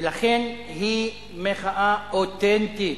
ולכן היא מחאה אותנטית.